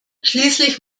schließlich